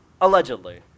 Allegedly